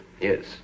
Yes